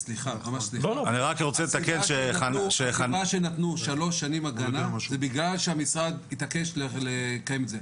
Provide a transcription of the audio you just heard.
הסיבה שנתנו 3 שנים הגנה היא בגלל שהמשרד התעקש לקיים את זה.